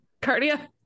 cardia